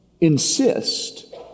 insist